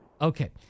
Okay